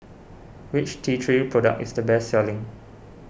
which T three product is the best selling